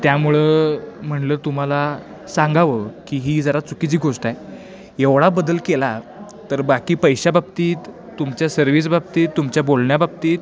त्यामुळं म्हणलं तुम्हाला सांगावं की ही जरा चुकीची गोष्ट आहे एवढा बदल केला तर बाकी पैशा बाबतीत तुमच्या सर्विस बाबतीत तुमच्या बोलण्या बाबतीत